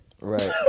Right